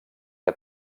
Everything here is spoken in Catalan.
que